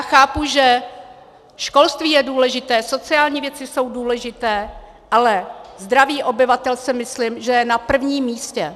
Chápu, že školství je důležité, sociální věci jsou důležité, ale zdraví obyvatel, si myslím, že je na prvním místě.